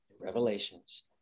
revelations